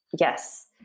yes